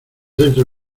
dentro